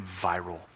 viral